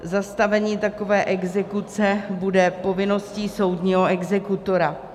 Zastavení takové exekuce bude povinností soudního exekutora.